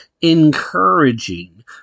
encouraging